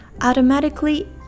automatically